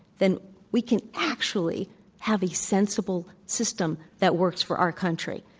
then we can actually have a sensible system that works for our country.